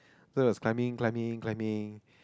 so it was climbing climbing climbing